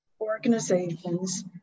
organizations